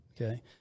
okay